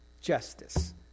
justice